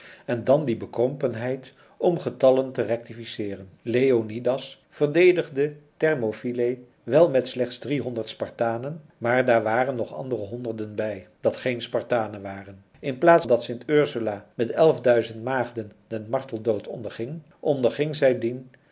en dan die bekrompenheid om getallen te rectificeeren leonidas verdedigde thermopylae wel met slechts driehonderd spartanen maar daar waren nog andere honderden bij dat geen spartanen waren in plaats dat st ursula met elf duizend maagden den marteldood onderging onderging zij dien